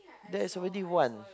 there's already one